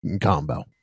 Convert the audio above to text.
combo